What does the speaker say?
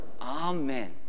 Amen